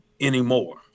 anymore